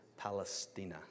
Palestina